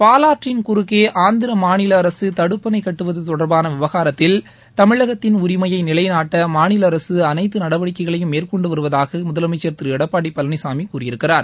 பாவாற்றின் குறக்கே ஆந்திர மாநில அரசு தடுப்பணை கட்டுவது தொடர்பான விவகாரத்தில் தமிழகத்தின் உரிமையை நிலைநாட்ட மாநில அரசு அனைத்து நடவடிக்கைகளையும் மேற்கொண்டு வருவதாக முதலமைச்சர் திரு எடப்பாடி பழனிசாமி கூறியிருக்கிறார்